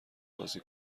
بازی